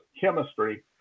chemistry